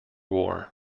war